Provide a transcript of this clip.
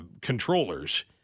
controllers